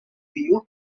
view